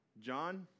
John